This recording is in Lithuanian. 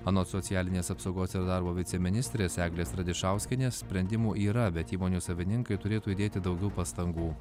anot socialinės apsaugos ir darbo viceministrės eglės radišauskienės sprendimų yra bet įmonių savininkai turėtų įdėti daugiau pastangų